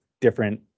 different